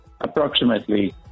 Approximately